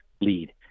lead